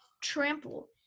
trample